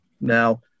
Now